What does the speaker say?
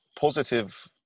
positive